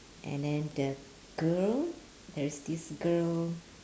and then the girl there is this girl